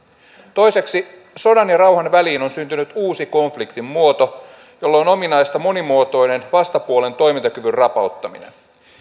toiseksi sodan ja rauhan väliin on syntynyt uusi konfliktin muoto jolle on ominaista monimuotoinen vastapuolen toimintakyvyn rapauttaminen